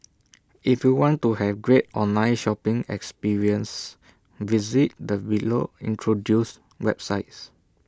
if you want to have great online shopping experiences visit the below introduced websites